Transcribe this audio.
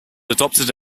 adopted